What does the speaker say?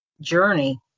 journey